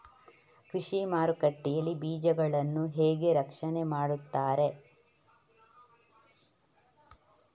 ಕೃಷಿ ಮಾರುಕಟ್ಟೆ ಯಲ್ಲಿ ಬೀಜಗಳನ್ನು ಹೇಗೆ ರಕ್ಷಣೆ ಮಾಡ್ತಾರೆ?